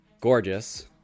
gorgeous